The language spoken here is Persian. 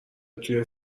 توی